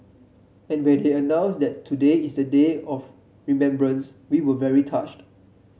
and when he announced that today is a day of remembrance we were very touched